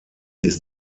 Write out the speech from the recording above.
ist